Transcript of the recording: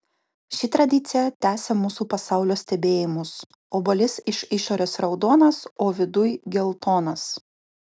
ši tradicija tęsia mūsų pasaulio stebėjimus obuolys iš išorės raudonas o viduj geltonas